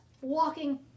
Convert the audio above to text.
walking